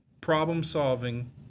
problem-solving